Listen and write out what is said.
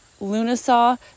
Lunasaw